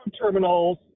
terminals